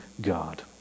God